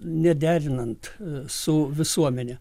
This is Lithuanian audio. nederinant su visuomene